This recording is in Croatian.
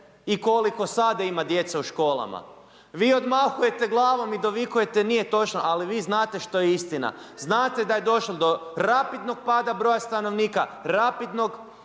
i koliko sada ima djece u školama. Vi odmahujete glavom i dovikujete nije točno, ali vi znate što je istina, znate da je došlo do rapidnog pada broja stanovnika, rapidnog